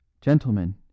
Gentlemen